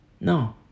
No